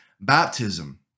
baptism